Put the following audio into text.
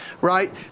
right